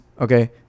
Okay